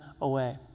away